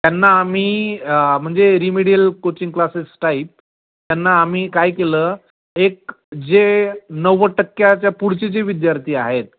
त्यांना आम्ही म्हणजे रीमिडियल कोचिंग क्लासेस टाईप त्यांना आम्ही काय केलं एक जे नव्वद टक्क्याच्या पुढचे जे विद्यार्थी आहेत